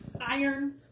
iron